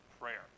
prayer